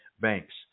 banks